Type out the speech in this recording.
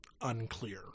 unclear